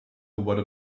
what